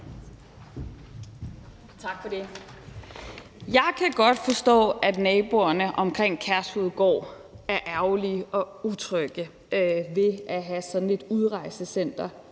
Tak for det. Jeg kan godt forstå, at naboerne omkring Kærshovedgård er ærgerlige og utrygge ved at have sådan et udrejsecenter